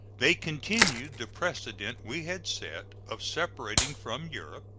they continued the precedent we had set, of separating from europe.